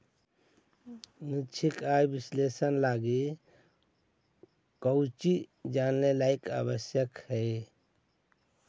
निश्चित आय विश्लेषण लगी कउची जानेला आवश्यक हइ?